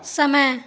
समय